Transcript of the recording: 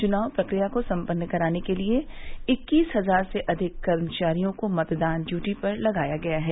चुनाव प्रक्रिया को सम्पन्न कराने के लिए इक्कीस हजार से अधिक कर्मचारियों को मतदान ड्यूटी पर लगाया गया है